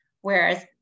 Whereas